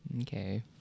Okay